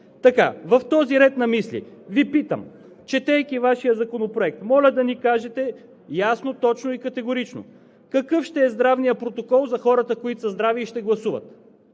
В този ред на мисли Ви питам: четейки Вашия Законопроект, моля да ни кажете ясно, точно и категорично какъв ще е здравният протокол за хората, които са здрави и ще гласуват?